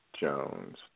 Jones